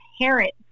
parents